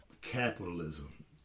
capitalism